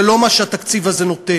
זה לא מה שהתקציב הזה נותן.